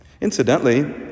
Incidentally